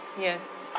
Yes